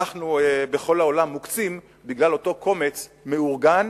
בגלל אותו קומץ מאורגן,